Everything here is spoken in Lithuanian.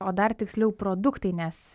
o dar tiksliau produktai nes